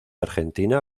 argentina